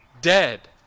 dead